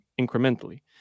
incrementally